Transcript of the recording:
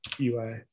UI